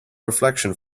reflection